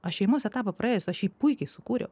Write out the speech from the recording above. aš šeimos etapą praėjus aš jį puikiai sukūriau